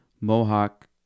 Mohawk